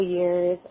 years